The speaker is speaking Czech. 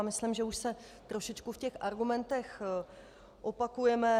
Myslím, že už se trochu v těch argumentech opakujeme.